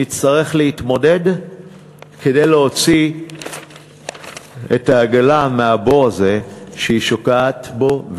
נצטרך להתמודד כדי להוציא את העגלה מהבור הזה שהיא שוקעת בו,